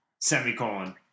semicolon